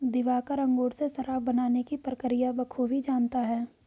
दिवाकर अंगूर से शराब बनाने की प्रक्रिया बखूबी जानता है